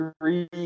three